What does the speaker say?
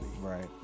right